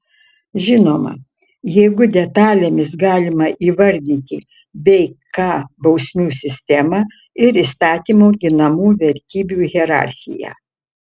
žinoma jeigu detalėmis galima įvardyti bk bausmių sistemą ir įstatymo ginamų vertybių hierarchiją